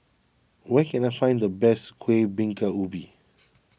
where can I find the best Kuih Bingka Ubi